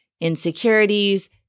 Insecurities